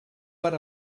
per